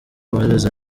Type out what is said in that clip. bohereza